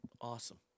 Awesome